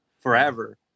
forever